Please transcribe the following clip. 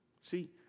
see